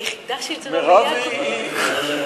אני היחידה שנמצאת במליאה כל הזמן.